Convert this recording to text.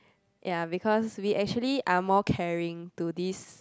ya because we actually are more caring to this